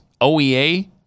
OEA